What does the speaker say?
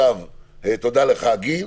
תודה לך, גיל.